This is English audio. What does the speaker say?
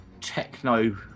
techno